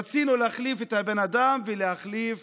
רצינו להחליף את הבן אדם ולהחליף